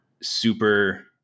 super